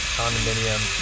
condominium